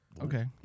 okay